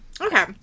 Okay